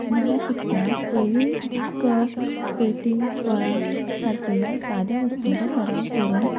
नव्या शिकप्यांक पयलीं कप पेटी फळां सारकिल्ल्या साद्या वस्तूंचो सराव करून